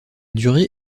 durée